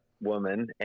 woman